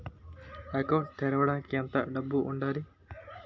Account తెరవడానికి ఎంత డబ్బు ఉండాలి?